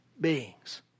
beings